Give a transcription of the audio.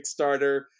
Kickstarter